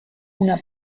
una